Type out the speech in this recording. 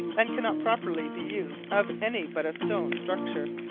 and cannot properly be used of any but a stone structure.